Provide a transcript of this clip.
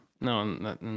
no